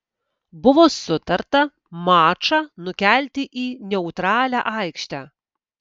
buvo sutarta mačą nukelti į neutralią aikštę